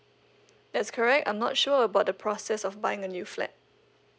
that's correct I'm not sure about the process of buying a new flat